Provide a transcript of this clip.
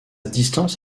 distance